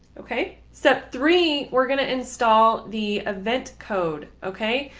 ok, step three, we're going to install the event code. ok,